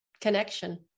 connection